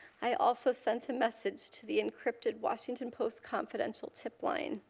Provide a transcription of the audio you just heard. i also sent a message to the encrypted washington post confidential tip line.